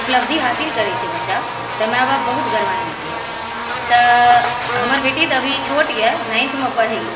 उपलब्धि हासिल करै छै बच्चा तऽ माय बाप बहुत गौरवान्वित होइ छै तऽ हमर बेटी तऽ अभी छोट यऽ नाइन्थमे पढ़ै यऽ